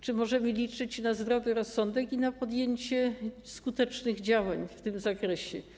Czy możemy liczyć na zdrowy rozsądek i na podjęcie skutecznych działań w tym zakresie?